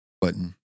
button